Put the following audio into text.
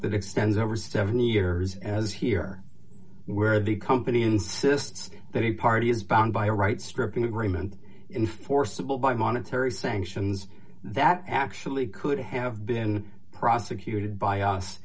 that extends over seventy years as here where the company insists that he party is bound by a right stripping agreement in forcible by monetary sanctions that actually could have been prosecuted by us